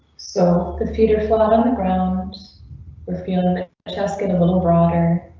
so the the peter flat on the ground were field and tested a little broader,